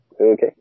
Okay